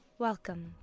welcome